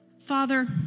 Father